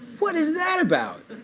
what is that about?